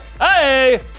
Hey